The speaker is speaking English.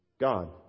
God